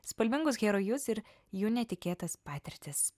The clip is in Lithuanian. spalvingus herojus ir jų netikėtas patirtis